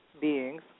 beings